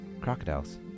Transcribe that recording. Crocodiles